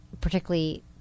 particularly